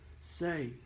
say